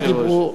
כשחבריך דיברו.